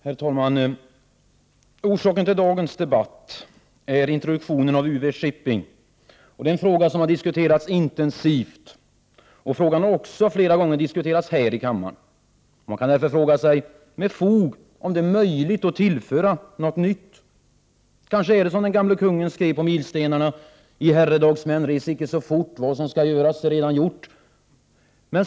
Herr talman! Anledningen till dagens debatt är börsintroduktionen av UV-Shipping. Det är en fråga som har diskuterats intensivt. Frågan har vid ett flertal tillfällen diskuterats också här i kammaren. Man kan därför med fog fråga sig om det är möjligt att tillföra något nytt. Kanske är det som den gamle kungen skrev på milstenarna: I herredagsmän, resen icke så fort, vad som göras skall är allaredan gjort.